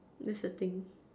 that's the thing